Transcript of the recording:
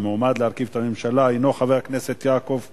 המועמד להרכיב את הממשלה הינו חבר הכנסת יעקב כץ.